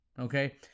Okay